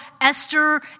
Esther